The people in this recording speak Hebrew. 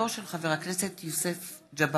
תודה.